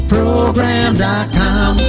Program.com